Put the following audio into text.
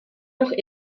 noch